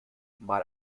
mal